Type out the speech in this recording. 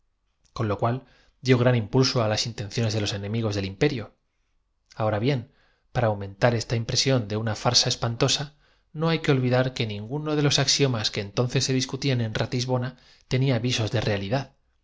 con lo cual dió gran impulso á las intencioues de los enemigos del im perio ahora bien para aumentar esta impresión de una farsa es pantosa no h ay que olvid ar que ninguno de los axio mas que entonces se discutían en ratisbona tenia v i sos de realidad